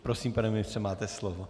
Prosím, pane ministře, máte slovo.